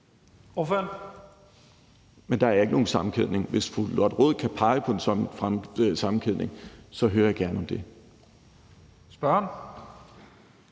(S): Men der er ikke nogen sammenkædning. Hvis fru Lotte Rod kan pege på en sådan sammenkædning, hører jeg gerne om det. Kl.